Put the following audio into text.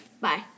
Bye